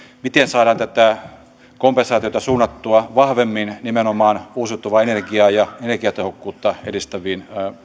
miten saadaan tätä kompensaatiota suunnattua vahvemmin nimenomaan uusiutuvaa energiaa ja energiatehokkuutta edistäviin